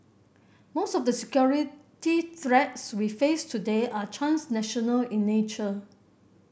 most of the security threats we face today are transnational in nature